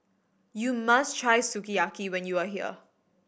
you must try Sukiyaki when you are here